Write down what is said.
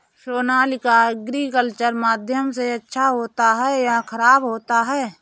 Sonalika agriculture माध्यम से अच्छा होता है या ख़राब होता है?